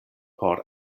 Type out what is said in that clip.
por